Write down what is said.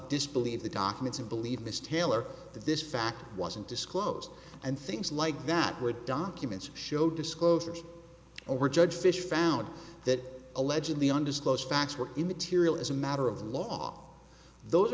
disbelieve the documents and believe mr taylor that this fact wasn't disclosed and things like that word documents show disclosures over judge fish found that allegedly undisclosed facts were immaterial as a matter of law those